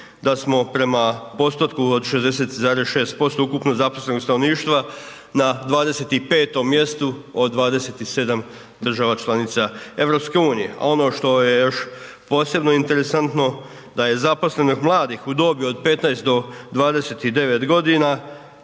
da smo prema postotku od 60,6% ukupno zaposlenog stanovništva na 25.-tom mjestu od 27 država članica EU. A ono što je još posebno interesantno da je zaposlenih mladih u dobi od 15-29 godina